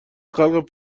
خلق